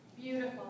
Beautiful